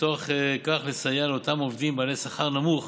ובתוך כך לסייע לאותם עובדים בעלי שכר נמוך